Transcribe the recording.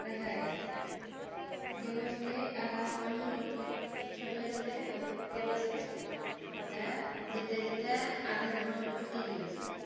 रहि गेलऽ छलै आकाशवाणी रॉकेट छोड़लै छलै वएह गेलऽ छलै तऽ जइते जइते आधे दुरिएमे फटि गेलऽ छलै